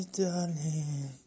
darling